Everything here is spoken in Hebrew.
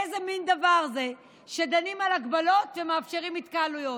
איזה מין דבר זה שדנים על הגבלות ומאפשרים התקהלויות?